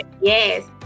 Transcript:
yes